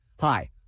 Hi